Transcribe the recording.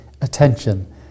attention